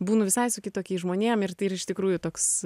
būnu visai su kitokiais žmonėm ir tai ir iš tikrųjų toks